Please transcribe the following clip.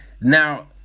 now